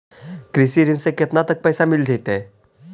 कृषि ऋण से केतना तक पैसा मिल जइतै?